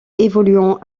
évoluant